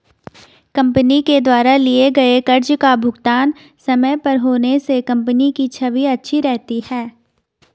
company के द्वारा लिए गए कर्ज का भुगतान समय पर होने से कंपनी की छवि अच्छी रहती है